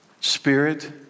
Spirit